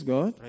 God